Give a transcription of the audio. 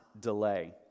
delay